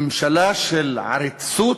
ממשלה של עריצות,